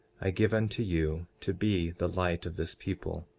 i give unto you to be the light of this people.